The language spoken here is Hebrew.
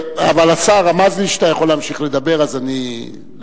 אבל השר רמז לי שאתה יכול להמשיך לדבר, אז לא